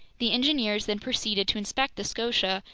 the engineers then proceeded to inspect the scotia,